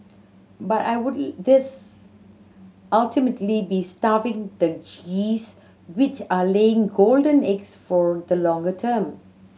but I would this ultimately be starving the geese which are laying golden eggs for the longer term